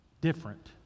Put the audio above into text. different